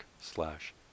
slash